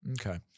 Okay